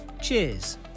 Cheers